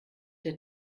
der